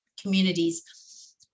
communities